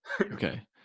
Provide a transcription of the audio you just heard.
Okay